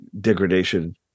degradation